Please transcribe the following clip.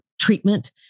treatment